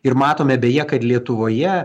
ir matome beje kad lietuvoje